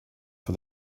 for